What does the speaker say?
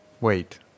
wait